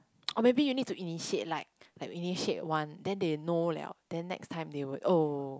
or maybe you need to initiate like like initiate one then they know liao then next they will oh